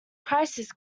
prices